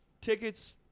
Tickets